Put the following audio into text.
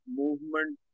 movement